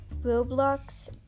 Roblox